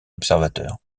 observateur